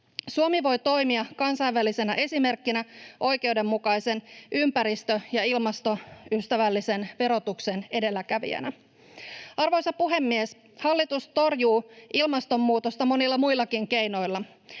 Suomi voi toimia kansainvälisenä esimerkkinä oikeudenmukaisen, ympäristö- ja ilmastoystävällisen verotuksen edelläkävijänä. Arvoisa puhemies! Hallitus torjuu ilmastonmuutosta monilla muillakin keinoilla.